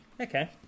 Okay